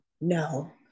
no